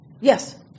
Yes